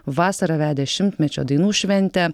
vasarą vedė šimtmečio dainų šventę